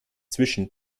zwischen